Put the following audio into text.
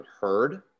heard